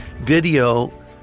video